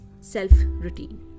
self-routine